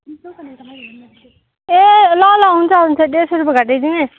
ए ल ल हुन्छ हुन्छ डेढ सौ रुपियाँ घटाइदिने